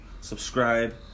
Subscribe